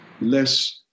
less